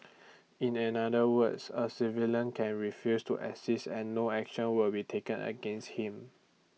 in another words A civilian can refuse to assist and no action will be taken against him